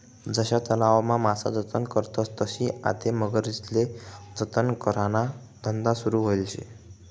जशा तलावमा मासा जतन करतस तशी आते मगरीस्ले जतन कराना धंदा सुरू व्हयेल शे